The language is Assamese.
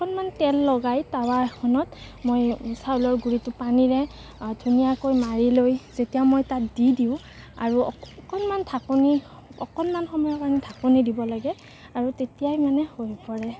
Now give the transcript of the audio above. তেল লগাই তাৱা এখনত মই চাউলৰ গুৰিটো পানীৰে ধুনীয়াকৈ মাৰি লৈ যেতিয়া মই তাত দি দিওঁ আৰু অকণমান ঢাকনি অকণমান সময়ৰ কাৰণে ঢাকনি দিব লাগে আৰু তেতিয়াই মানে হৈ পৰে